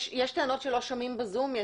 יש טענות שלא שומעים ב-זום.